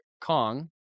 Kong